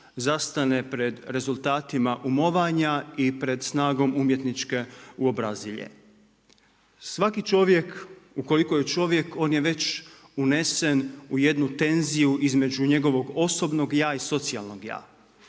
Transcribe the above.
zastane pred rezultatima umovanja i pred snagom umjetničke uobrazilje. Svaki čovjek ukoliko je čovjek on je već unesen u jednu tenziju između njegovog osobnog ja i socijalnog ja.